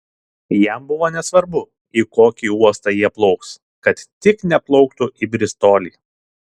jam buvo nesvarbu į kokį uostą jie plauks kad tik neplauktų į bristolį